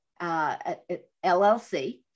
LLC